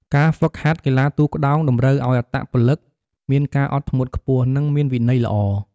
ការហ្វឹកហាត់កីឡាទូកក្ដោងតម្រូវឲ្យអត្តពលិកមានការអត់ធ្មត់ខ្ពស់ និងមានវិន័យល្អ។